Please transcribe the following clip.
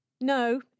No